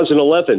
2011